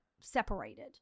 separated